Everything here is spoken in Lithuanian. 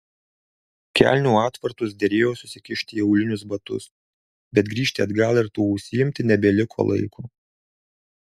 kelnių atvartus derėjo susikišti į aulinius batus bet grįžti atgal ir tuo užsiimti nebeliko laiko